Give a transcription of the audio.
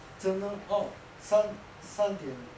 真的 orh 三三点